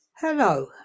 Hello